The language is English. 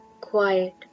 quiet